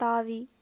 தாவி